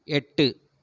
எட்டு